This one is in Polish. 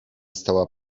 stała